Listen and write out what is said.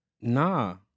Nah